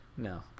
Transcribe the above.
no